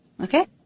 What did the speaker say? Okay